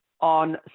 on